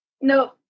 no